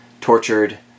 tortured